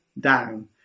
down